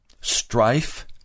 strife